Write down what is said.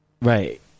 Right